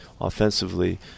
offensively